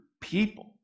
people